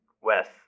Wes